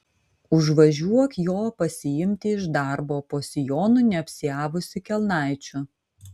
užvažiuok jo pasiimti iš darbo po sijonu neapsiavusi kelnaičių